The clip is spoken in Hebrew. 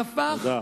תודה.